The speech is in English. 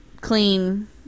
Clean